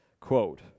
Quote